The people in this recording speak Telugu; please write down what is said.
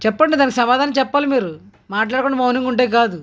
చెప్పండి దానికి సమాధానం చెప్పాలి మీరు మాట్లాడకుండా మౌనంగా ఉంటే కాదు